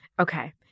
Okay